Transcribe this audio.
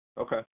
okay